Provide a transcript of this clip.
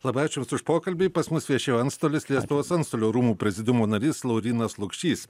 labai ačiū jums už pokalbį pas mus viešėjo antstolis lietuvos antstolių rūmų prezidiumo narys laurynas lukšys